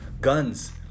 guns